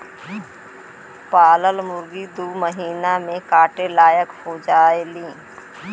पालल मुरगी दू तीन महिना में काटे लायक हो जायेली